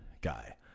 guy